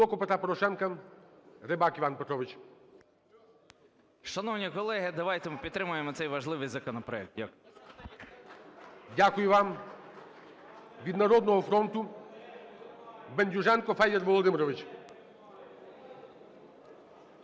Дякую вам. Від "Народного фронту"